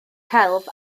celf